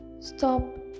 stop